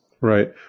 Right